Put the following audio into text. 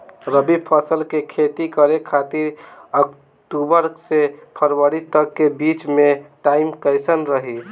रबी फसल के खेती करे खातिर अक्तूबर से फरवरी तक के बीच मे टाइम कैसन रही?